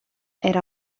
era